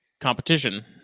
competition